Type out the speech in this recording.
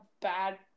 bad